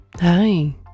Hi